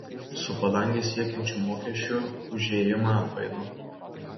su padanges siekiančiu mokesčiu už įėjimą atbaido